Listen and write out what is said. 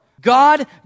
God